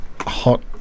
hot